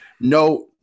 No